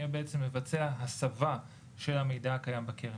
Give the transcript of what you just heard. יהיה בעצם לבצע הסבה של המידע הקיים בקרן.